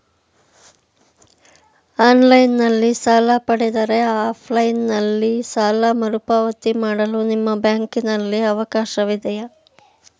Online ನಲ್ಲಿ ಸಾಲ ಪಡೆದರೆ ಆಫ್ಲೈನ್ ನಲ್ಲಿ ಸಾಲ ಮರುಪಾವತಿ ಮಾಡಲು ನಿಮ್ಮ ಬ್ಯಾಂಕಿನಲ್ಲಿ ಅವಕಾಶವಿದೆಯಾ?